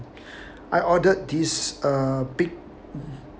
I ordered this uh big